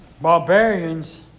Barbarians